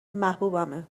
محبوبمه